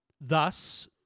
Thus